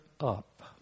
up